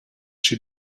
she